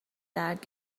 درد